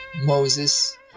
Moses